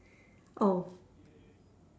oh